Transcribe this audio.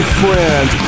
friend